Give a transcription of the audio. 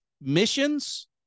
Missions